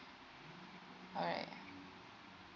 alright